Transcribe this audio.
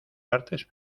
partes